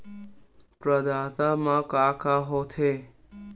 प्रदाता मा का का हो थे?